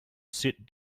sit